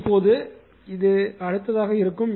எனவே இப்போது இது அடுத்ததாக இருக்கும்